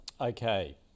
Okay